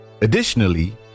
Additionally